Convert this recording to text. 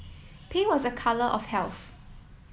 pea was a colour of health